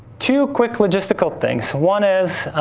two quick logistical things. one is